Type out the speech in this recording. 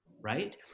right